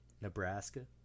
Nebraska